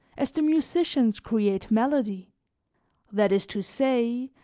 as the musicians create melody that is to say,